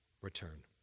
return